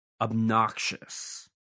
obnoxious